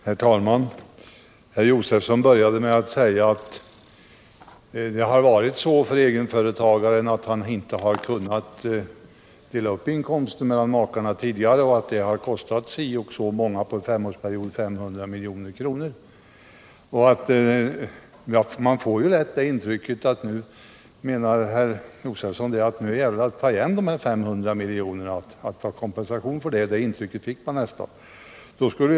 Herr tal man! Stig Josefson började med att säga att egen företagaren tidigare inte har kunnat dela upp inkomsterna mellan makarna och att detta under en femårsperiod kostat egenföretagarna 500 milj.kr. Man fick lätt intrycket att herr Josefson menar att det nu gäller att få kompensation för de här 300 milj.kr.